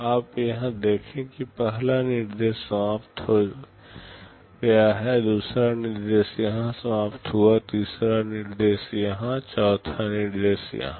आप यहां देखें कि पहला निर्देश समाप्त हो गया है दूसरा निर्देश यहां समाप्त हुआ तीसरा निर्देश यहां चौथा निर्देश यहां